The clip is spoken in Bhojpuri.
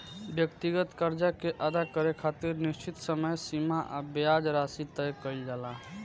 व्यक्तिगत कर्जा के अदा करे खातिर निश्चित समय सीमा आ ब्याज राशि तय कईल जाला